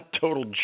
total